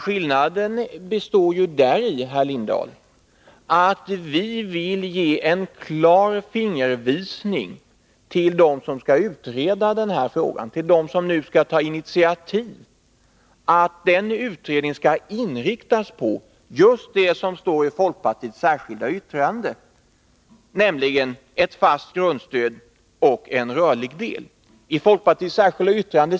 Skillnaden består däri, herr Lindahl, att vi vill ge en klar fingervisning till dem som nu skall ta initiativ till en utredning av frågan om att utredningen skall inriktas på ett fast grundstöd och en rörlig del, alltså just det som förordas i folkpartiets särskilda yttrande.